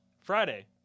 Friday